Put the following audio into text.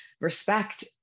respect